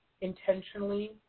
intentionally